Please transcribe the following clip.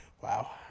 Wow